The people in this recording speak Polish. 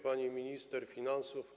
Pani Minister Finansów!